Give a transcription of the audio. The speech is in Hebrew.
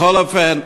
בכל אופן,